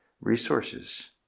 resources